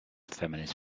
feminist